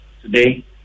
today